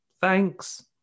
thanks